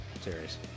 serious